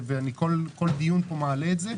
וכל דיון אני פה מעלה את זה,